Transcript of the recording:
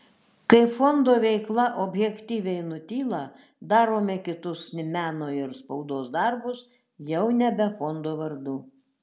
kai fondo veikla objektyviai nutyla darome kitus meno ir spaudos darbus jau nebe fondo vardu